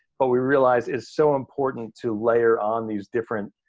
but we realize it's so important to layer on these different